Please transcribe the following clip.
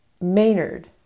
Maynard